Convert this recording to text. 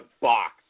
box